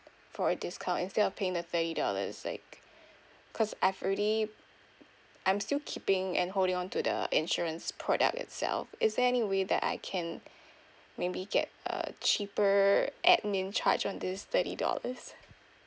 for a discount instead of paying the thirty dollars like cause I've already I'm still keeping and holding on to the insurance product itself is there any way that I can maybe get a cheaper admin charge on this thirty dollars